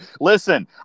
Listen